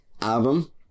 album